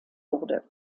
wurde